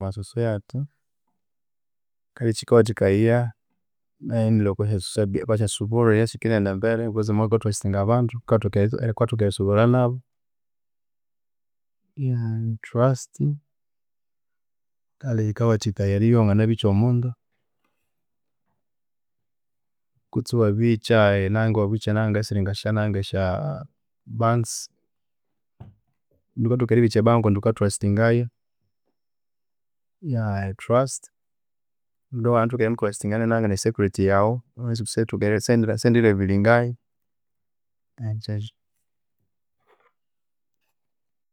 Mwasociety kale kyikawathikaya mainly okwasyabi okwasyasuburu yesikighenda embere coz wama wukatrustida abandu wukathokari wukathoka erisubura nabu. Yeah trust kale yikawathikaya eribya wanginabikya omundu kutsi iwabikya enanga iwabukya enanga esiringa syananga esyabanks kundi wukathoka eribikya banks kundi wukatrusingayo. Yeah e trust omundu wanginathoka erimutrustinga nenanga nesecret yawu iwunasi wuthi syendithoka sendi sendirevealinga yu